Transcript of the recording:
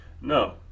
No